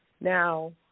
Now